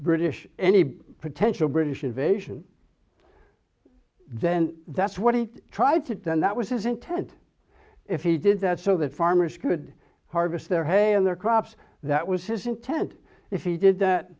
british any potential british invasion then that's what he tried to then that was his intent if he did that so that farmers could harvest their heyday and their crops that was his intent if he did that